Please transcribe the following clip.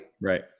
Right